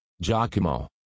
Giacomo